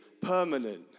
permanent